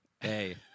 Hey